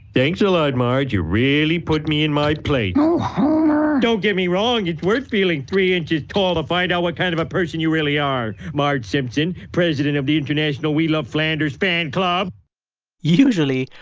thanks a lot, marge. you really put me in my place oh, homer don't get me wrong. it's worth feeling three inches tall to find out what kind of a person you really are, marge simpson, president of the international-we-love-flanders fan club usually,